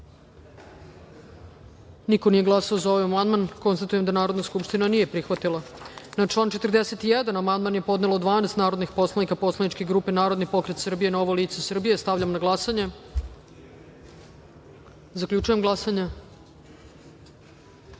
Niko nije glasao za ovaj amandman. Konstatujem da Narodna skupština nije prihvatila ovaj amandman. Na član 41. amandman je podnelo 12 narodnih poslanika Poslaničke grupe Narodni pokret Srbije – Novo lice Srbije. Stavljam na glasanje. Zaključujem glasanje: